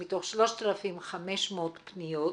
שמתוך 3,500 פניות,